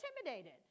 intimidated